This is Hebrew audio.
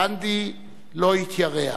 גנדי לא התיירא,